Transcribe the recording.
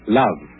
love